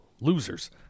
Losers